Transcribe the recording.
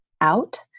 out